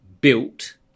built